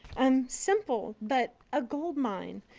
um simple, but a goldmine.